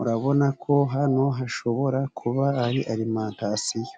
urabona ko hano hashobora kuba hari arimentasiyo.